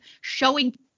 showing